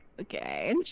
Okay